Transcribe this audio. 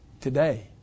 today